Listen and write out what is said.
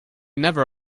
never